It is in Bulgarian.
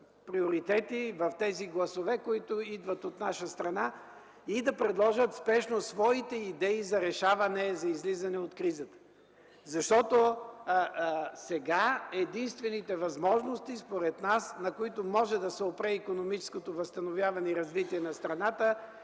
в тези гласове, които идват от наша страна и да предложат спешно своите идеи за решаване за излизане от кризата. Защото сега единствените възможности, според нас, на които може да се опре икономическото възстановяване и развитие на страната,